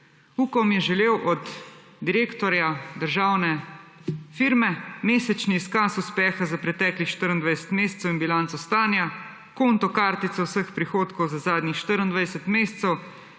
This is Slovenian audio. Ukom je želel od direktorja državne firme mesečni izkaz uspeha za preteklih 24 mesecev in bilanco stanja, konto kartico vseh prihodkov za zadnjih 24 mesecev,